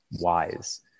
wise